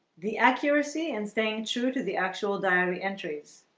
the accuracy and staying true to the actual diary entries.